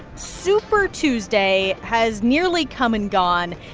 super tuesday has nearly come and gone.